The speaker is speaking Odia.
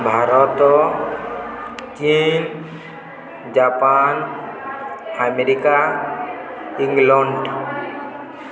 ଭାରତ ଚୀନ୍ ଜାପାନ୍ ଆମେରିକା ଇଂଲଣ୍ଡ